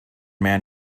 man